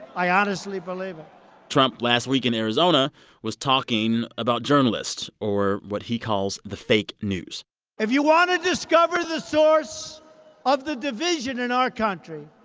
i honestly believe it trump last week in arizona was talking about journalists or what he calls the fake news if you want to discover the source of the division in our country,